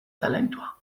talentua